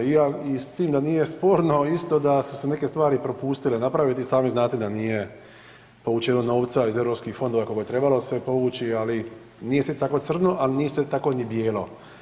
I ja, i s tim da nije sporno isto da su se neke stvari propustile napraviti i sami znate da nije povučeno novca iz Europskih fondova koliko je trebalo se povući, ali nije sve tako crno, ali nije sve tako ni bijelo.